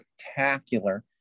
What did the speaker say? spectacular